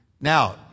Now